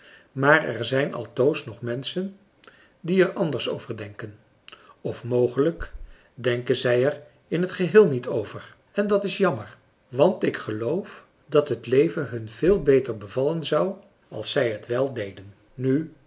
maar er zijn altoos nog menschen die er anders over denken of mogelijk denken zij er in het geheel niet over en dat is jammer want ik geloof dat het leven hun veel beter bevallen zou als zij het wel deden nu